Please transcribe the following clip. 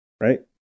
Right